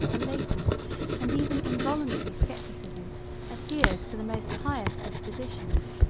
a latent and even involuntary scepticism adheres to the most pious dispositions.